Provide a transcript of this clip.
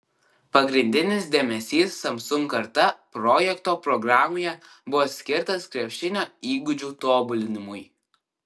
pagrindinis dėmesys samsung karta projekto programoje buvo skirtas krepšinio įgūdžių tobulinimui